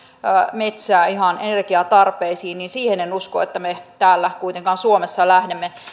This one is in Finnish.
metsää ihan energiatarpeisiin siihen en usko että me kuitenkaan täällä suomessa lähdemme